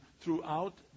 throughout